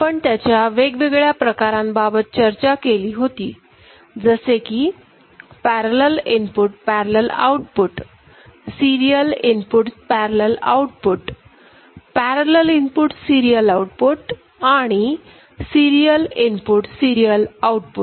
आपण त्याच्या वेगवेगळ्या प्रकारांबाबत चर्चा केली होती जसे की parallel input parallel output serial input parallel out put parallel input serial output आणि सिरीयल इनपुट सिरीयल आउटपुट